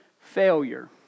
failure